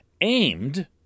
aimed